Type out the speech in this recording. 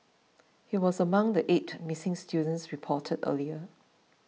he was among the eight missing students reported earlier